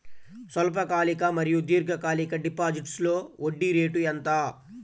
స్వల్పకాలిక మరియు దీర్ఘకాలిక డిపోజిట్స్లో వడ్డీ రేటు ఎంత?